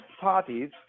parties